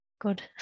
good